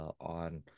on